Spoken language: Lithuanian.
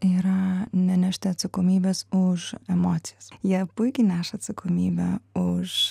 yra nenešti atsakomybės už emocijas jie puikiai neša atsakomybę už